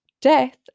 Death